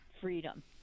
freedom